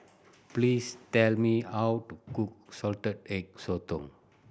please tell me how to cook Salted Egg Sotong